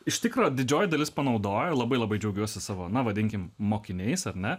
iš tikro didžioji dalis panaudojo labai labai džiaugiuosi savo na vadinkim mokiniais ar ne